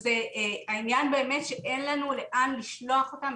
העניין הוא שאין לנו לאן לשלוח אותם,